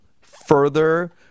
further